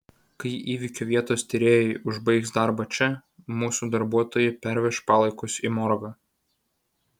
kai įvykio vietos tyrėjai užbaigs darbą čia mūsų darbuotojai perveš palaikus į morgą